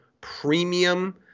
premium